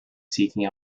seeking